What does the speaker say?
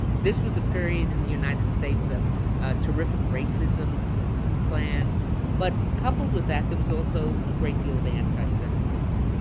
this was a period in the united states of terrific racism ku klux klan but coupled with that, there was also a great deal of anti-semitism.